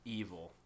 evil